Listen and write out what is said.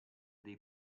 dei